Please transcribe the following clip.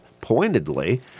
pointedly